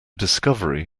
discovery